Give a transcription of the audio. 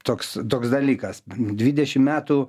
toks toks dalykas dvidešim metų